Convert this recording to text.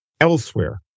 elsewhere